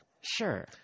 Sure